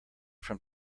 from